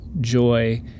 joy